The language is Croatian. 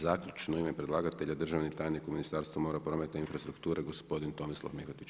Zaključno u ime predlagatelja državni tajnik u Ministarstvu mora, prometa i infrastrukture gospodin Tomislav Mihotić.